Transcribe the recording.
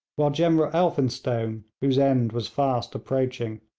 while general elphinstone, whose end was fast approaching,